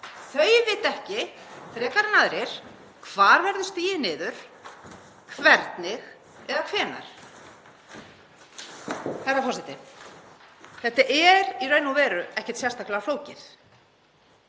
Þau vita ekki frekar en aðrir hvar verður stigið niður, hvernig eða hvenær. Herra forseti. Þetta er í raun og veru ekkert sérstaklega flókið.